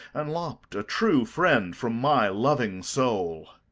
and lopped a true friend from my loving soul?